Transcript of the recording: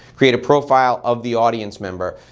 create a profile of the audience member.